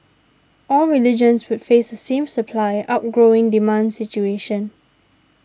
all regions would face the same supply outgrowing demand situation